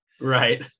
Right